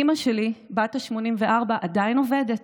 אימא שלי בת ה-84 עדיין עובדת,